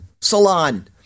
Salon